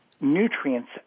nutrients